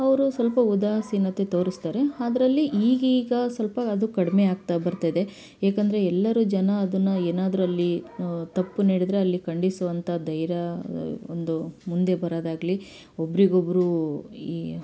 ಅವರು ಸ್ವಲ್ಪ ಉದಾಸೀನತೆ ತೋರಿಸ್ತಾರೆ ಅದರಲ್ಲಿ ಈಗೀಗ ಸ್ವಲ್ಪ ಅದು ಕಡಿಮೆ ಆಗ್ತಾ ಬರ್ತಾ ಇದೆ ಏಕಂದರೆ ಎಲ್ಲರೂ ಜನ ಅದನ್ನು ಏನಾದರಲ್ಲಿ ತಪ್ಪು ನಡೆದರೆ ಅಲ್ಲಿ ಖಂಡಿಸುವಂಥ ಧೈರ್ಯ ಒಂದು ಮುಂದೆ ಬರೋದಾಗ್ಲಿ ಒಬ್ಬರಿಗೊಬ್ರು ಈ